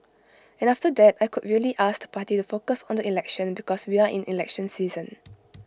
and after that I could really ask the party to focus on the election because we are in election season